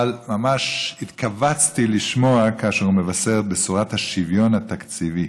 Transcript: אבל ממש התכווצתי לשמוע כאשר הוא מבשר את בשורת השוויון התקציבי.